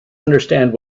understand